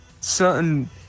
certain